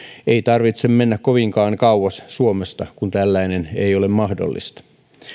ei tarvitse mennä kovinkaan kauas suomesta kun tällainen ei ole mahdollista